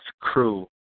crew